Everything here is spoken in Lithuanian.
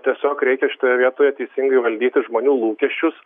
tiesiog reikia šitoje vietoje teisingai valdyti žmonių lūkesčius